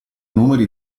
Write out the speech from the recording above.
numeri